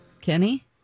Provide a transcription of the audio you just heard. Kenny